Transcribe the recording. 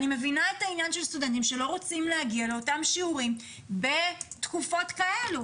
אני מבינה את הסטודנטים שלא רוצים להגיע לאותם שיעורים בתקופות כאלה.